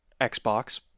Xbox